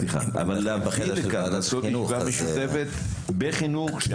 לקיים ישיבה משותפת בוועדת החינוך.